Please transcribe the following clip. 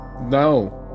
no